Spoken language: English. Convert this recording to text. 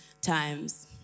times